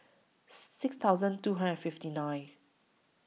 six thousand two hundred fifty nine